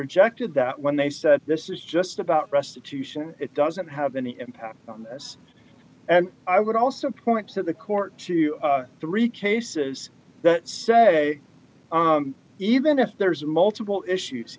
rejected that when they said this is just about restitution it doesn't have any impact on this and i would also point to the court twenty three dollars cases that say even if there's multiple issues